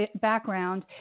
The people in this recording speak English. background